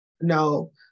no